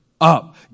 up